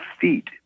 feet